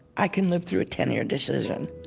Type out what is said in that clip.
i can live through a tenure decision.